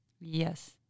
Yes